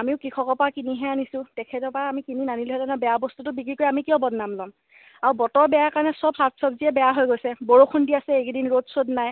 আমি কৃষকৰ পৰা কিনিহে আনিছোঁ তেখেতৰ পৰা আমি কিনি নানিলোহেঁতেন নহয় বেয়া বস্তুটো বিক্ৰী কৰি আমি কিয় বদনাম ল'ম আৰু বতৰ বেয়া কাৰণে চব শাক চব্জিয়ে বেয়া হৈ গৈছে বৰষুণ দি আছে এইকেইদিন ৰ'দ চদ নাই